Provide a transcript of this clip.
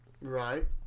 right